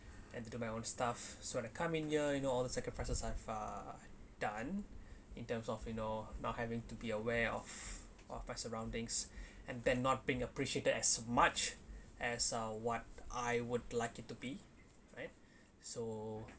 and to do my own stuff so like coming year you know all the sacrifices I've uh done in terms of you know not having to be aware of of my surroundings and they're not being appreciated as much as or what I would like it to be right so